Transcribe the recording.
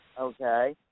Okay